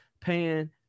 paying